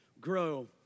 grow